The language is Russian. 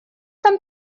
там